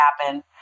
happen